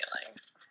feelings